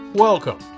Welcome